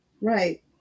Right